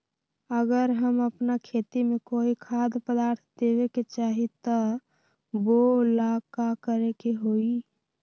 अगर हम अपना खेती में कोइ खाद्य पदार्थ देबे के चाही त वो ला का करे के होई?